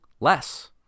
less